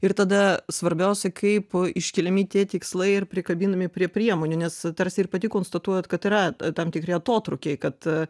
ir tada svarbiausia kaip iškeliami tie tikslai ir prikabinami prie priemonių nes tarsi ir pati konstatuojat kad yra tam tikri atotrūkiai kad